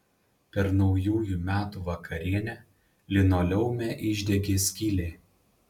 per naujųjų metų vakarienę linoleume išdegė skylė